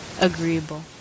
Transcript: agreeable